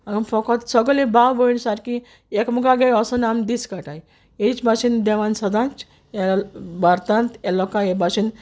फोकोत सोगले भाव भयण सारकी एकामेकागे वोसोन आमी दीस काडटाय हेच बाशेन देवान सोदांच ह्या भारतान ह्या लोकां हे बाशेन